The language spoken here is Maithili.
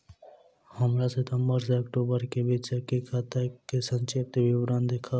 हमरा सितम्बर सँ अक्टूबर केँ बीचक खाता केँ संक्षिप्त विवरण देखाऊ?